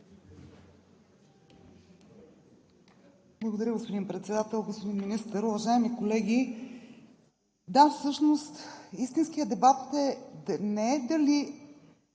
Благодаря, господин Председател. Господин Министър, уважаеми колеги! Да, всъщност истинският дебат е не дали